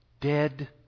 Dead